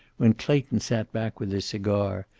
when clayton sat back with his cigar,